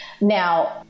Now